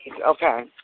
Okay